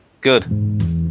Good